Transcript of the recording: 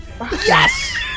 Yes